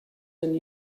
than